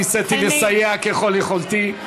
ניסיתי לסייע ככל יכולתי.